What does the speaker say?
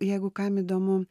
jeigu kam įdomu